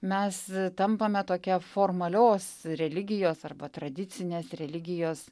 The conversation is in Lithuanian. mes tampame tokia formalios religijos arba tradicinės religijos